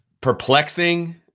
Perplexing